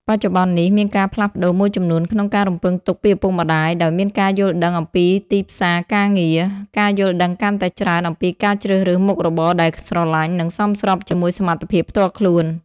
បច្ចុប្បន្ននេះ មានការផ្លាស់ប្តូរមួយចំនួនក្នុងការរំពឹងទុកពីឪពុកម្ដាយដោយមានការយល់ដឹងអំពីទីផ្សារការងារ ការយល់ដឹងកាន់តែច្រើនអំពីការជ្រើសរើសមុខរបរដែលស្រលាញ់ និងសមស្របជាមួយសមត្ថភាពផ្ទាល់ខ្លួន។